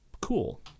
cool